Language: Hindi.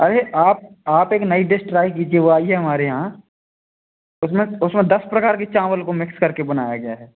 अरे आप आप एक नई डिश ट्राई कीजिए वह आई है हमारे यहाँ उसमें उसमें दस प्रकार के चावल को मिक्स कर के बनाया गया है